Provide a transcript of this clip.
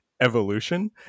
evolution